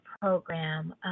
program